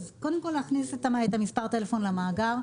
אז קודם כל להכניס את מספר הטלפון למאגר.